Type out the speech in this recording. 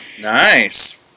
Nice